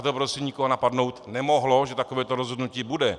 To prostě nikoho napadnout nemohlo, že takovéto rozhodnutí bude.